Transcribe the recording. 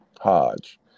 Hodge